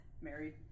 married